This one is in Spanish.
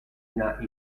una